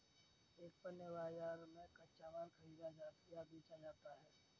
एक पण्य बाजार में कच्चा माल खरीदा या बेचा जाता है